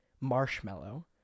marshmallow